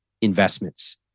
investments